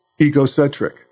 egocentric